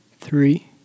Three